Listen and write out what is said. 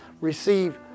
receive